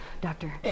Doctor